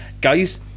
Guys